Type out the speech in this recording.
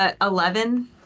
Eleven